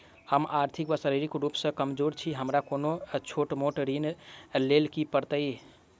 हम आर्थिक व शारीरिक रूप सँ कमजोर छी हमरा कोनों छोट मोट ऋण लैल की करै पड़तै?